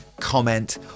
comment